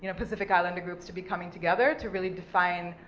and pacific islander groups to be coming together to really define,